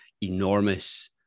enormous